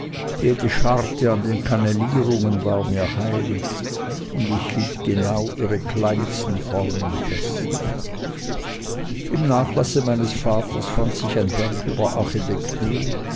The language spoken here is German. jede scharte an den kannelierungen war mir heilig und ich hielt genau ihre kleinsten formen fest im nachlasse meines vaters fand sich ein werk über architektur